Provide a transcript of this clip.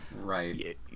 Right